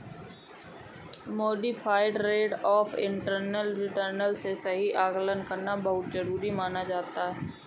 modified rate of internal return के सही आकलन करना बहुत जरुरी माना जाता है